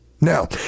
Now